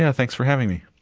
yeah thanks for having me.